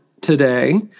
today